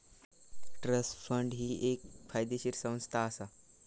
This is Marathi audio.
ट्रस्ट फंड ही एक कायदेशीर संस्था असा